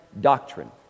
doctrine